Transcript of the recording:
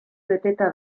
beteta